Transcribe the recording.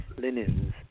linens